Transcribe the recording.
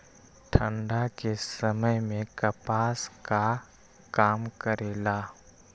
ठंडा के समय मे कपास का काम करेला?